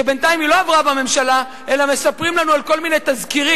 שבינתיים היא לא עברה בממשלה אלא מספרים לנו על כל מיני תזכירים.